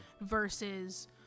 versus